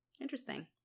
interesting